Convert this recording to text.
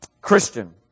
Christian